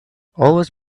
always